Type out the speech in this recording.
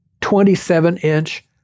27-inch